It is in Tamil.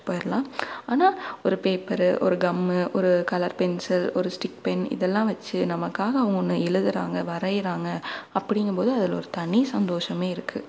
போயிடுலாம் ஆனால் ஒரு பேப்பர் ஒரு கம் ஒரு கலர் பென்சில் ஒரு ஸ்டிக் பென் இதெல்லாம் வச்சு நமக்காக அவங்க ஒன்று எழுதுகிறாங்க வரைகிறாங்க அப்படிங்கும் போது அதில் ஒரு தனி சந்தோஷமே இருக்குது